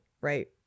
right